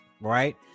right